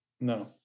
No